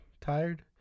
Tired